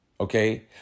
okay